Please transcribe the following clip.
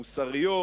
המוסריות,